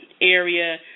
area